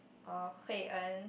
or Hui-En